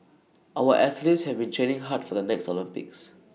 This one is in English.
our athletes have been training hard for the next Olympics